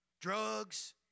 drugs